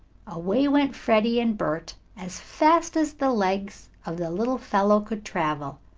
away went freddie and bert, as fast as the legs of the little fellow could travel.